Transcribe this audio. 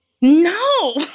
No